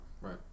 Right